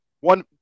one